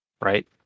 right